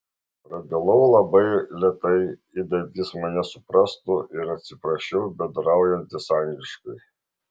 prabilau labai lėtai idant jis mane suprastų ir atsiprašiau bendraujantis angliškai